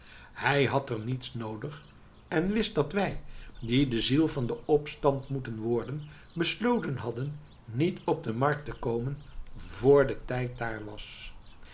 hij had er niets noodig en wist dat wij die de ziel van den opstand moeten worden besloten hadden niet op de markt te komen vr de tijd daar was